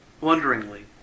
Wonderingly